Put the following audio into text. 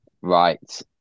Right